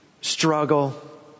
struggle